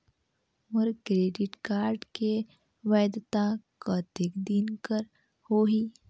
मोर credit card के वैधता कतेक दिन कर होही?